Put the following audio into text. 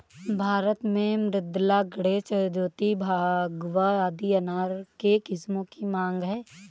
भारत में मृदुला, गणेश, ज्योति, भगवा आदि अनार के किस्मों की मांग है